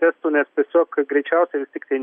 testų nes tiesiog greičiausiai vis tiktai